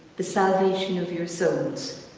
the salvation of your souls.